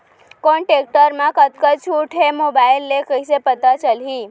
कोन टेकटर म कतका छूट हे, मोबाईल ले कइसे पता चलही?